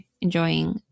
enjoying